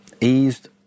eased